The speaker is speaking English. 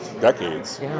decades